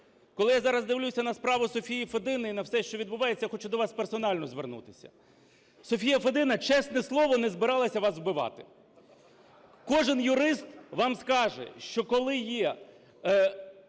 Коли я зараз дивлюся на справу Софії Федини і на все, що відбувається, я хочу до вас персонально звернутися. Софія Федина, чесне слово, не збиралася вас вбивати. Кожен юрист вам скаже, що коли є